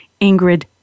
Ingrid